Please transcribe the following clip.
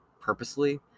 purposely